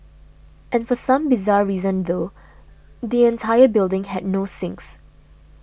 and for some bizarre reason though the entire building had no sinks